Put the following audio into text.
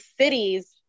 cities